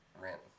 rent